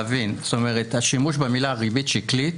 השימוש במילה ריבית שקלית,